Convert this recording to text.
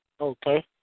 okay